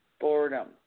boredom